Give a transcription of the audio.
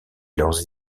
leurs